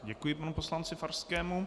Děkuji panu poslanci Farskému.